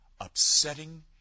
upsetting